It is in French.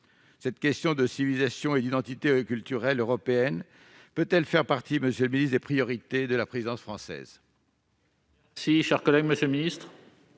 Cette question de civilisation et d'identité culturelle européenne peut-elle faire partie, monsieur le ministre, des priorités de la présidence française ?